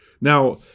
Now